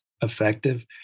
effective